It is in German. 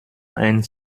ein